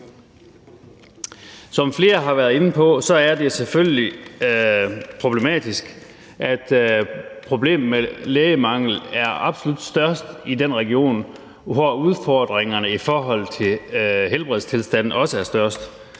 Som flere har været inde på, er det jo selvfølgelig problematisk, at problemet med lægemangel er absolut størst i den region, hvor udfordringerne i forhold til helbredstilstand også er størst.